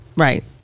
Right